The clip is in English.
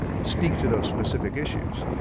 speak to those specific issues.